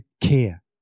care